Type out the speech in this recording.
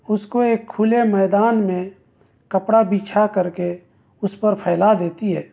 اُس کو ایک کھلے میدان میں کپڑا بچھا کر کے اُس پر پھیلا دیتی ہے